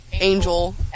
Angel